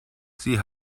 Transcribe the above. sie